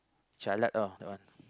jialat ah the one